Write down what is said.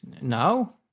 now